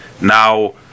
now